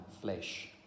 flesh